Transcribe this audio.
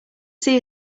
see